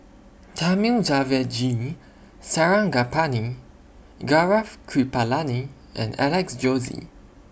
Thamizhavel G Sarangapani Gaurav Kripalani and Alex Josey